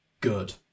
Good